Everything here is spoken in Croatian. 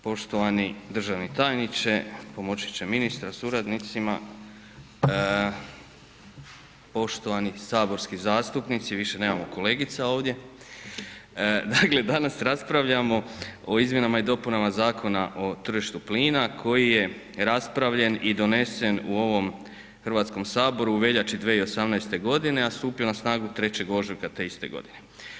Poštovani državni tajniče, pomoćniče ministra sa suradnicima, poštovani saborski zastupnici više nemamo kolegica ovdje, dakle danas raspravljamo o izmjenama i dopunama Zakona o tržištu plina koji je raspravljen i donesen u ovom hrvatskom saboru u veljači 2018. godine, a stupio na snagu 3. ožujka te iste godine.